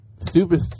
Stupid